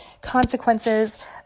consequences